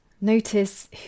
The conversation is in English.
Notice